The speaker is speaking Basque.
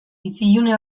isilune